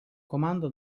komanda